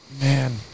Man